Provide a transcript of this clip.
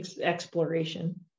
exploration